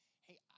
hey